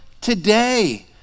today